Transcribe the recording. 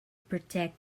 protect